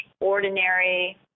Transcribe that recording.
ordinary